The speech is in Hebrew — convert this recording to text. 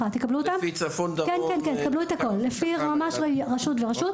תקבלו את הכול לפי ממש רשות ורשות.